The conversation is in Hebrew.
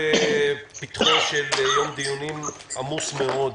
בפתחו של יום דיונים עמוס מאוד.